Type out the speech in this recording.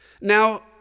Now